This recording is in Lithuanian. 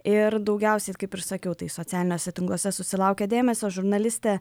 ir daugiausiai kaip ir sakiau tai socialiniuose tinkluose susilaukė dėmesio žurnalistė